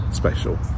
special